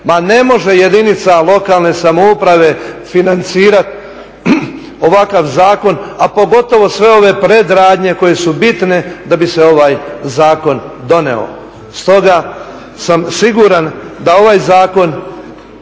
Ma ne može jedinica lokalne samouprave financirati ovakav zakon, a pogotovo sve ove predradnje koje su bitne da bi se ovaj zakon donio. Stoga sam siguran da ovaj zakon